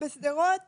לא בשדרות